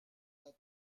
mon